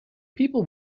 people